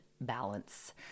balance